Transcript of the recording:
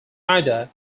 either